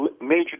major